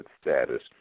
status